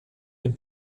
dem